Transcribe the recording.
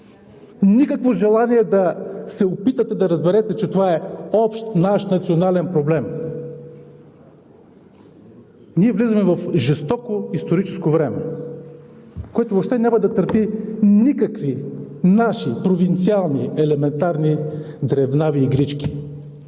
никакво желание да се опитате да разберете, че това е общ наш национален проблем. Ние влизаме в жестоко историческо време, което въобще няма да търпи никакви наши провинциални, елементарни, дребнави игрички.